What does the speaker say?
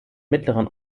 mittleren